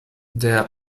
der